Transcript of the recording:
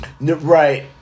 Right